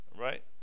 right